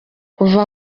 kuva